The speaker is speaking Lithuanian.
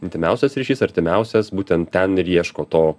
intymiausias ryšys artimiausias būtent ten ir ieško to